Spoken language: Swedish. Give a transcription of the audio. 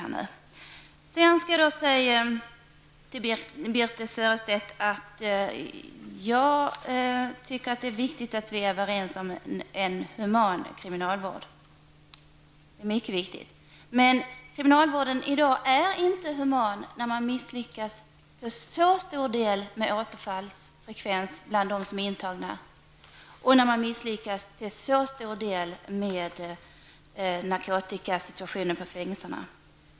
Till Birthe Sörestedt vill jag säga att jag tycker att det är viktigt att vi är överens om en human kriminalvård. Det är mycket viktigt. Men kriminalvården är inte human när man misslyckas och får en så stor återfallsfrekvens bland dem som är intagna, när man till så stor del misslyckas med narkotikasituationen på fängelserna.